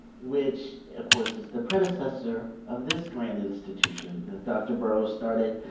which, of course, is the predecessor of this grant institution that dr. burrows started